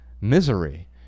misery